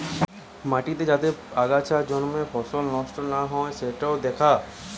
মাটিতে যাতে আগাছা জন্মে ফসল নষ্ট না হৈ যাই সিটো দ্যাখা